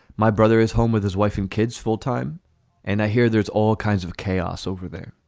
my brother is home with his wife and kids full time and i hear there's all kinds of chaos over there.